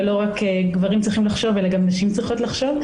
ולא רק גברים צריכים לחשוב אלא גם נשים צריכות לחשוב,